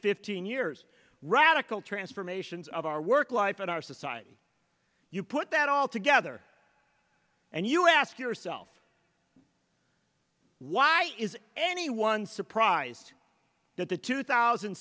fifteen years radical transformations of our work life in our society you put that all together and you ask yourself why is anyone surprised that the two thousand